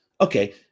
Okay